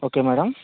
okay madam